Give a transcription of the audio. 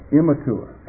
immature